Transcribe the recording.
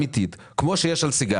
אמיתית על הדבר הזה כמו שיש על סיגריות.